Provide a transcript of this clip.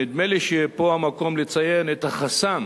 נדמה לי שפה המקום לציין את החסם